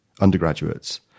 undergraduates